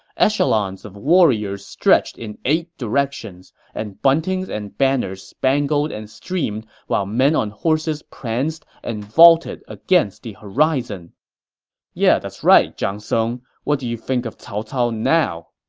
echelons of warriors stretched in eight directions, and buntings and banners spangled and streamed while men on horses pranced and vaulted against the horizon yeah, that's right, zhang song. what do you think of cao cao now?